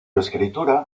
escritura